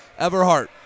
Everhart